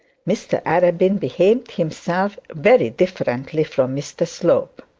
mr arabin behaved himself very differently from mr slope.